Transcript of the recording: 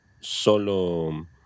solo